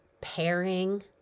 pairing